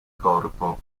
corpo